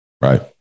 Right